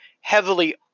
heavily